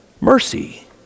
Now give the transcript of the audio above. mercy